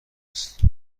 است